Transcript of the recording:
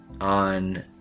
on